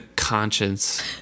conscience